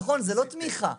נכון, זה לא תמיכה --- הבנתי.